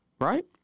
Right